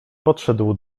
podszedł